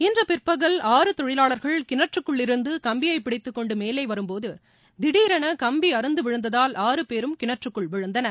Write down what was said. இன்று பிற்பகல் ஆறு தொழிலாளர்கள் கினற்றுக்குள்ளிருந்து கம்பியைப் பிடித்துக் கொண்டு மேலே வரும் போது திடீரென கம்பி அறுந்துவிழுந்ததால் ஆறு பேரும் கிணற்றுக்குள் விழுந்தனர்